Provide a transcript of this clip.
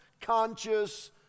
conscious